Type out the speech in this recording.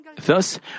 Thus